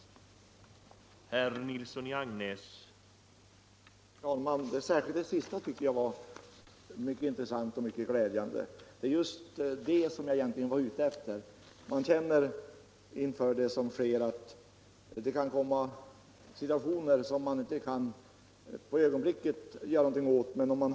3»